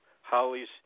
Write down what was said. Holly's